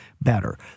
better